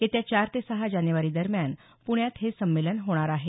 येत्या चार ते सहा जानेवारी दरम्यान प्ण्यात हे संमेलन होणार आहे